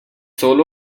solo